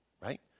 Right